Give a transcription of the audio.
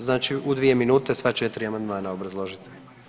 Znači u dvije minute sva 4 amandmana obrazložite.